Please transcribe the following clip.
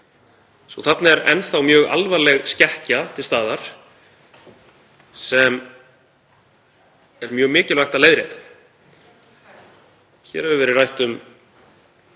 að þarna er enn þá mjög alvarleg skekkja til staðar sem er mjög mikilvægt að leiðrétta. Hér hefur verið rætt um